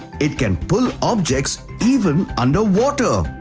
it can pull objects even under water.